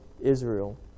Israel